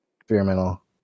Experimental